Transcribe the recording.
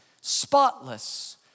spotless